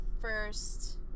First